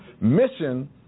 mission